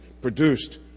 produced